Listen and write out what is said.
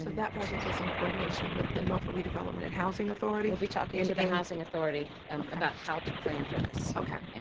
that project is in coordination with the norfolk redevelopment and housing authority? we'll be talking to and the housing authority um about how to plan for this. okay, yeah